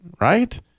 right